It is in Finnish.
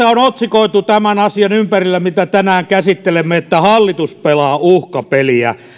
on otsikoitu tämän asian ympärillä mitä tänään käsittelemme että hallitus pelaa uhkapeliä